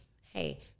hey